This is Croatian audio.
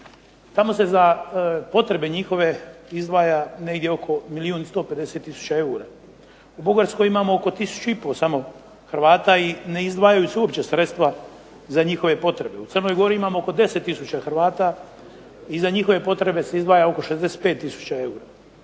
Tamo se za potrebe njihove izdvaja negdje oko milijun i 150 tisuća eura. U Bugarskoj imamo oko tisuću i pol samo Hrvata i ne izdvajaju se uopće sredstva za njihove potrebe. U Crnoj Gori imamo oko 10 tisuća Hrvata i za njihove potrebe se izdvaja oko 65 tisuća eura.